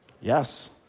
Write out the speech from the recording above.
Yes